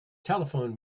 telephoned